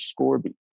Scorby